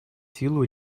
силу